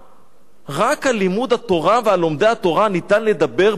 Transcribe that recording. רק על לימוד התורה ועל לומדי התורה ניתן לדבר באופן הזה?